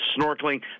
snorkeling